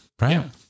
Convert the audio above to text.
right